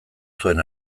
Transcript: zuen